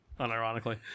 Unironically